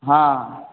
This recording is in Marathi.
हां